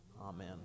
Amen